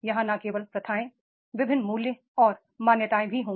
यहां न केवल प्रथाएं विभिन्न मूल्य और मान्यताएं भी होंगी